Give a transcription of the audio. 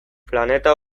planeta